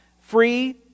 free